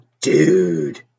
Dude